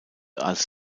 als